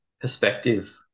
perspective